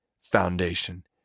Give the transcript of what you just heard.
foundation